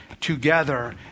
together